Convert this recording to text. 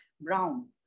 brown